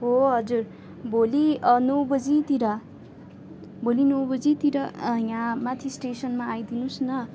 हो हजुर भोलि नौ बजीतिर भोलि नौ बजीतिर यहाँ माथि स्टेसनमा आइदिनु होस् न